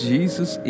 Jesus